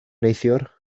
neithiwr